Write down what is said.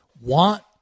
want